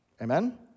Amen